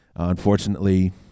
Unfortunately